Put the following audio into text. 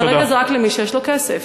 כרגע זה רק למי שיש לו כסף.